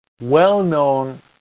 well-known